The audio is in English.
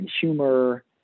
humor